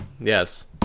Yes